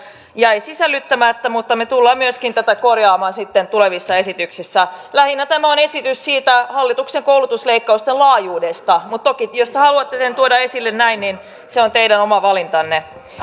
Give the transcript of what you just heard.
jäi sisällyttämättä mutta me tulemme myöskin tätä korjaamaan sitten tulevissa esityksissä lähinnä tämä on esitys hallituksen koulutusleikkausten laajuudesta mutta toki jos te haluatte sen tuoda esille näin niin se on teidän oma valintanne